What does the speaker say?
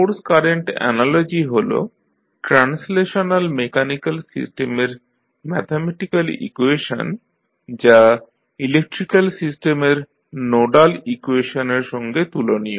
force current analogy হল translational mechanical সিস্টেমের mathematical equation যা ইলেক্ট্রিক্যাল সিস্টেমের নোডাল ইকুয়েশনের সঙ্গে তুলনীয়